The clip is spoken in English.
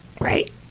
Right